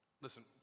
Listen